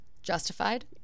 Justified